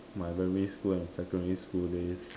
my primary school and secondary school days